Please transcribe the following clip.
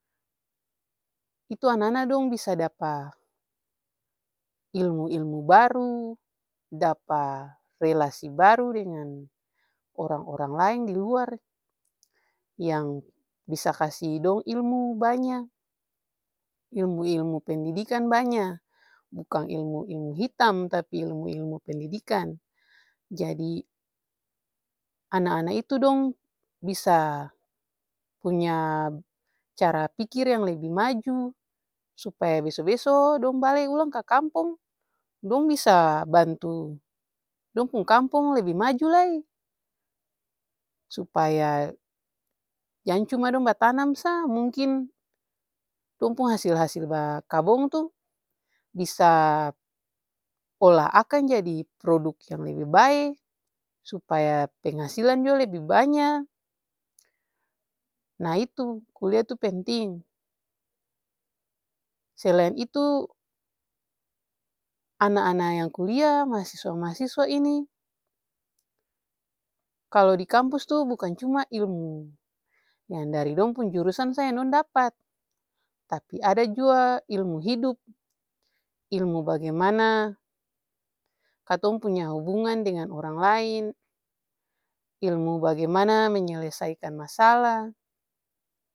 Itu ana-ana dong bisa dapa ilmu-ilmu baru, dapa relasi baru dengan orang-orang laeng diluar yang bisa kasi dong ilmu banya, ilmu-ilmu pendidikan banya. Bukang ilmu-ilmu hitam tapi ilmu-ilmu pendidikan. Jadi ana-ana itu dong bisa punya cara pikir yang lebi maju supaya beso-beso dong bale pulang ka kampong dong bisa bantu dong pung kampong lebe majo lai. Supaya jang cuma dong batanam sa, mungkin dong pung hasil-hasil bakabong tuh bisa olah akang jadi produk yang lebi bae, supaya penghasilan jua lebi banya. Nah itu kulia tuh penting. Selain itu ana-ana yang kulia mahasiswa-mahasiswa ini kalu dikampus tuh bukan cuma ilmu yang dari dong pung jurusan sa yang dong dapat, tapi ada jua ilmu hidup, ilmu bagimana katong punya hubungan dengan orang laeng, ilmu bagimana menyelesaikan masalah.